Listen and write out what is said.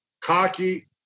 cocky